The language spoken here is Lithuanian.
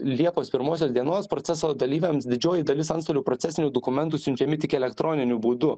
liepos pirmosios dienos proceso dalyviams didžioji dalis antstolių procesinių dokumentų siunčiami tik elektroniniu būdu